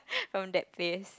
from that face